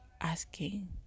asking